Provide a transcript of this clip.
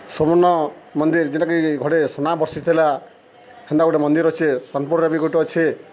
ସୁବର୍ଣ୍ଣ ମନ୍ଦିର୍ ଯେନ୍ଟାକି ଘୋଡ଼େ ସୁନା ବର୍ଷିଥିଲା ହେନ୍ତା ଗୁଟେ ମନ୍ଦିର ଅଛେ ସୋନପୁର୍ର ବି ଗୁଟେ ଅଛେ